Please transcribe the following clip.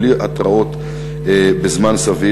בלי התראות בזמן סביר.